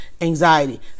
Anxiety